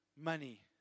money